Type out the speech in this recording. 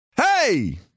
Hey